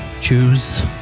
choose